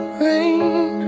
rain